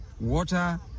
water